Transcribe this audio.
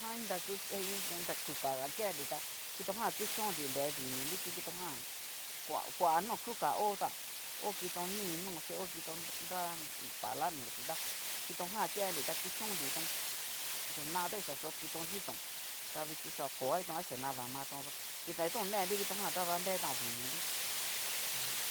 Han iin nraku, i iin kukaga kennri tá kitojan kuchonnri nre dininrí, chí kitojan, koa koa no kuka ho tán, ho kito ni'i noxhí o kito nra pala nochí tá kitojan kennritá kuchónnritón, xana'a ta ni xa yo'o kito xhitón, ta vixhi xa koga kitón jan xhí xaninadamatón do innri to onedri kitojan tada nretan dininri aja.